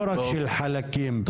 לא רק של חלקים ממנה.